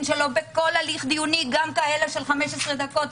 בכל הליך דיוני גם כאלה של 15 דקות,